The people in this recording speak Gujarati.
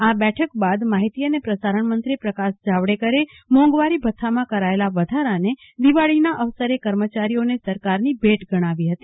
આ બેઠક બાદ માહિતી અને પ્રસારણ મંત્રી પ્રકાશ જાવડેકરે મોંઘવારી ભથ્થામાં કરાયેલા વધારાને દિવાળીના અવસરે કર્મચારીઓને સરકારની ભેટ ગણાવી હતી